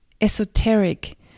esoteric